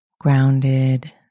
grounded